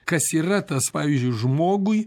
kas yra tas pavyzdžiui žmogui